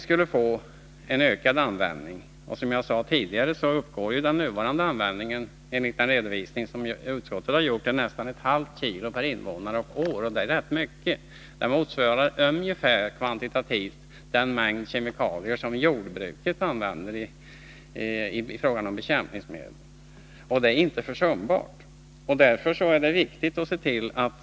Som jag tidigare sade uppgår den nuvarande användningen av freoner enligt den redovisning utskottet har gjort till nästan ett halvt kilo per invånare och år, och det är rätt mycket. Det motsvarar kvantitativt ungefär den mängd kemikalier som jordbruket använder som bekämpningsmedel. Det är inte försumbart.